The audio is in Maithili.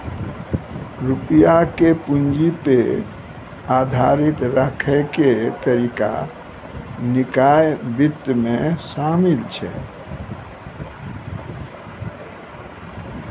रुपया के पूंजी पे आधारित राखै के तरीका निकाय वित्त मे शामिल छै